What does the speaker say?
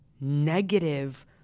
negative